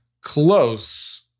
Close